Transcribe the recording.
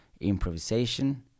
improvisation